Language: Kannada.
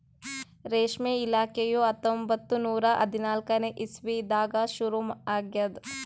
ರೇಷ್ಮೆ ಇಲಾಖೆಯು ಹತ್ತೊಂಬತ್ತು ನೂರಾ ಹದಿನಾಲ್ಕನೇ ಇಸ್ವಿದಾಗ ಶುರು ಆಗ್ಯದ್